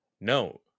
No